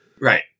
Right